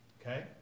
Okay